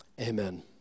amen